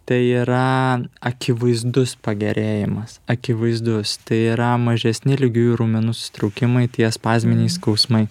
tai yra akivaizdus pagerėjimas akivaizdus tai yra mažesni lygiųjų raumenų susitraukimai tie spazminiai skausmai